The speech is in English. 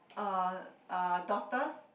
uh daughter's